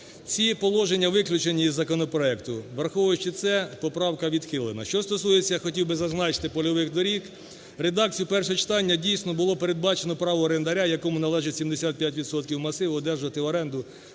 Ці положення виключені із законопроекту, враховуючи це, поправка відхилена. Що стосується, хотів би зазначити, польових доріг, редакцією першого читання дійсно було передбачено право орендаря, якому належить 75 відсотків масиву, одержати в оренду